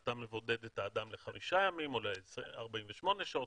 אתה מבודד את האדם לחמישה ימים או ל-48 שעות